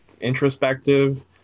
introspective